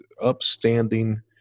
upstanding